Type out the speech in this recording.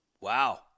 Wow